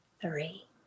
three